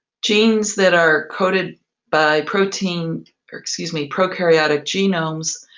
genes that are coded by protein or, excuse me, prokaryotic genomes,